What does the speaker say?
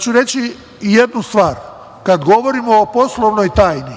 ću reći jednu stvar, kada govorimo o poslovnoj tajni,